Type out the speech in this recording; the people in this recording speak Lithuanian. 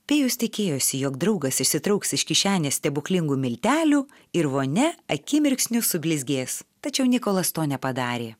pijus tikėjosi jog draugas išsitrauks iš kišenės stebuklingų miltelių ir vonia akimirksniu sublizgės tačiau nikolas to nepadarė